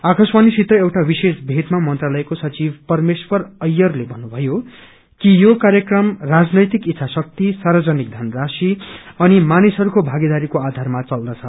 आकाशवाणीसित एउटा विशेष भेटमा मंत्रालयको सचिव परमेश्वर अयरले भन्नुभयो कि यो कार्यक्रम राजनैतिक इच्छा शक्ति सार्वजनिक धनराशि भागेदारी अनि मानिसहरूको भागदारीको आधारमा चल्दछ